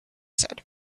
said